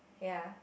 ya